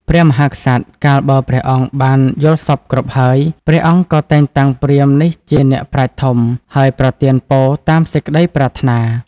ព្រះមហាក្សត្រ កាលបើព្រះអង្គបានយល់សព្វគ្រប់ហើយ ព្រះអង្គក៏តែងតាំងព្រាហ្មណ៍នេះជាអ្នកប្រាជ្ញធំ ហើយប្រទានពរតាមសេចក្តីប្រាថ្នា ។